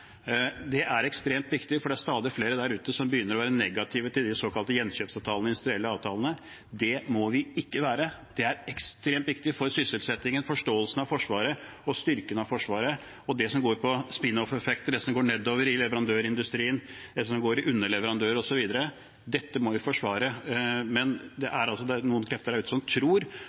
Det er ekstremt viktig, for det er stadig flere der ute som begynner å være negative til de såkalte gjenkjøpsavtalene, de industrielle avtalene. Det må vi ikke være. Det er ekstremt viktig for sysselsettingen, forståelsen av Forsvaret og styrkingen av Forsvaret, og det som går på spin off-effekter, det som går nedover i leverandørindustrien, det som går til underleverandører osv. Dette må vi forsvare. Men det er altså noen krefter der ute som tror